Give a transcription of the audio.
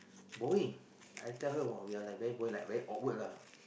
boring I tell her !wow! we are like very boring like very awkward lah